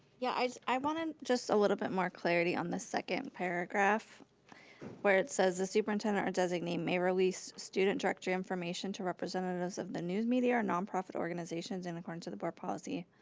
yeah, i wanted just a little bit more clarity on the second paragraph where it says, the superintendent or designate may release student directory information to representatives of the news media or nonprofit organizations in accordance to the board policy.